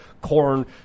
corn